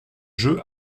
jeu